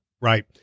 Right